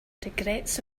regrets